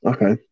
Okay